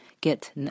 get